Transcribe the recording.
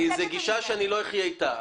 זאת גישה שאני לא אחיה איתה.